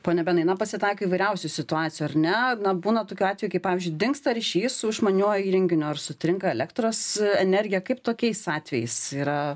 pone benai na pasitaiko įvairiausių situacijų ar ne būna tokių atvejų kai pavyzdžiui dingsta ryšys su išmaniuoju įrenginiu ar sutrinka elektros energija kaip tokiais atvejais yra